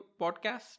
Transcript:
Podcast